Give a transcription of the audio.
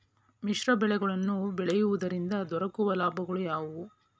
ಮಿಶ್ರ ಬೆಳೆಗಳನ್ನು ಬೆಳೆಯುವುದರಿಂದ ದೊರಕುವ ಲಾಭಗಳು ಯಾವುವು?